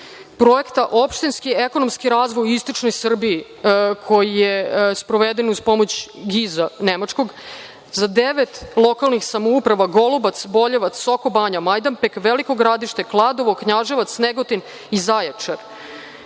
projekta opštinski i ekonomski razvoj u istočnoj Srbiji, koji je sproveden uz pomoć GIZ-a nemačkog, za devet lokalnih samouprava Golubac, Boljevac, Soko Banja, Majdanpek, Veliko Gradište, Kladovo, Knjaževac, Negotin i Zaječar,